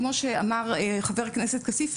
כמו שאמר חבר הכנסת כסיף,